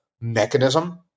mechanism